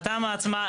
התמ"א עצמה,